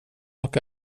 och